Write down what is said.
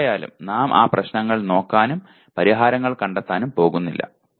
എന്തായാലും നാം ആ പ്രശ്നങ്ങൾ നോക്കാനും പരിഹാരങ്ങൾ കണ്ടെത്താനും പോകുന്നില്ല